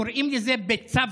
קוראים לזה "בצוותא"